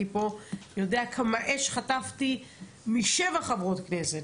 פה יודע כמה אש חטפתי משבע חברות כנסת,